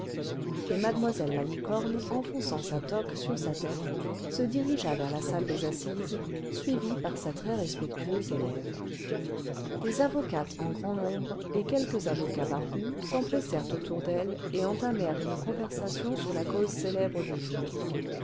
et mademoiselle malicorne enfonçant sa toque sur sa tête se dirigea vers la salle des assises suivie par sa très respectueuse élève des avocates en grand nombre et quelques avocats barbus s'empressèrent autour d'elles et entamèrent une conversation sur la cause célèbre du jour